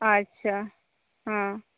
ᱟᱪᱷᱟ